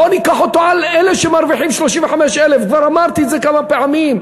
בוא ניקח אותו על אלה שמרוויחים 35,000. כבר אמרתי את זה כמה פעמים.